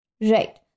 Right